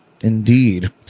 indeed